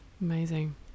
amazing